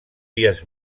dies